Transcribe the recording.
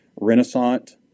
Renaissance